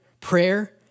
Prayer